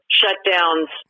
shutdowns